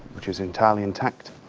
which is entirely intact.